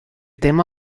tema